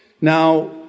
now